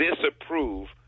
disapprove